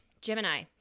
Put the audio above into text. Gemini